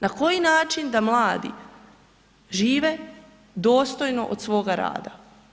Na koji način da mladi žive dostojno od svoga rada?